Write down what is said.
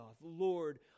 Lord